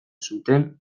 zuten